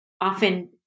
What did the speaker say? Often